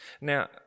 Now